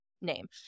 name